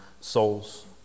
souls